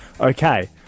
okay